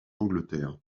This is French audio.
angleterre